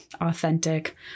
authentic